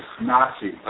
Nazi